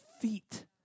feet